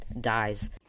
dies